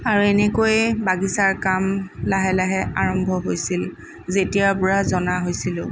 আৰু এনেকৈয়ে বাগিচাৰ কাম লাহে লাহে আৰম্ভ হৈছিল যেতিয়াৰ পৰা জনা হৈছিলোঁ